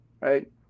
right